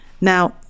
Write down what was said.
Now